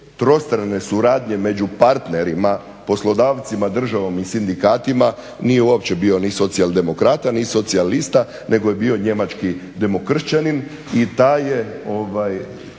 trostrane suradnje među partnerima, poslodavcima, državom i sindikatima nije uopće bio ni socijaldemokrata ni socijalista nego je bio njemački demokršćanin,